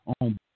on